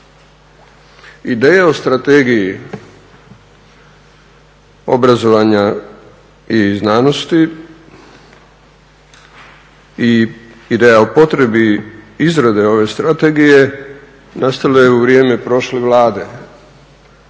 Ideja o strategiji obrazovanja i znanosti i ideja o potrebi izrade ove strategije nastala je u vrijeme prošle vlade